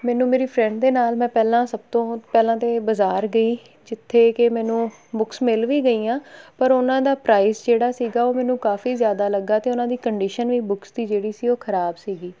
ਮੈਨੂੰ ਮੇਰੀ ਫਰੈਂਡ ਦੇ ਨਾਲ ਮੈਂ ਪਹਿਲਾਂ ਸਭ ਤੋਂ ਪਹਿਲਾਂ ਤਾਂ ਬਾਜ਼ਾਰ ਗਈ ਜਿੱਥੇ ਕਿ ਮੈਨੂੰ ਬੁੱਕਸ ਮਿਲ ਵੀ ਗਈਆਂ ਪਰ ਉਹਨਾਂ ਦਾ ਪ੍ਰਾਈਜ਼ ਜਿਹੜਾ ਸੀਗਾ ਉਹ ਮੈਨੂੰ ਕਾਫ਼ੀ ਜ਼ਿਆਦਾ ਲੱਗਿਆ ਅਤੇ ਉਹਨਾਂ ਦੀ ਕੰਡੀਸ਼ਨ ਵੀ ਬੁੱਕਸ ਦੀ ਜਿਹੜੀ ਸੀ ਉਹ ਖ਼ਰਾਬ ਸੀਗੀ